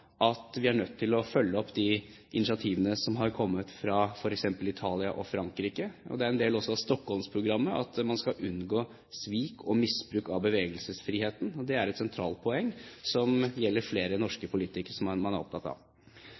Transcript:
at vi er nødt til å følge opp de initiativene som har kommet fra f.eks. Italia og Frankrike. Det er også en del av Stockholmsprogrammet at man skal unngå svik og misbruk av bevegelsesfriheten. Det er et sentralt poeng som flere norske politikere er opptatt av. Så litt innom DLD. Jeg synes det er